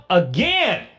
again